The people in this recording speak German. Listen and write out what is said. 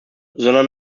sondern